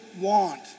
want